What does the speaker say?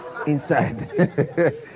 inside